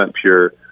pure